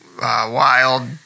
wild